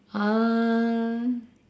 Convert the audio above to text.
uh